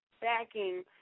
backing